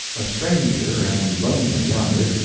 a stranger and lonely yonder,